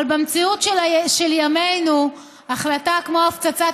אבל במציאות של ימינו החלטה כמו הפצצת